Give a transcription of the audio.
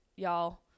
Y'all